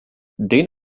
den